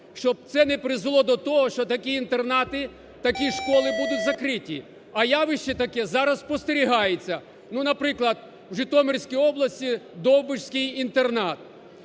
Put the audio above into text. щоб це не призвело до того, що такі інтернати, такі школи будуть закриті. А явище таке зараз спостерігається. Ну, наприклад, в Житомирській області Довбиський інтернат.